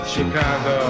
Chicago